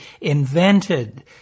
invented –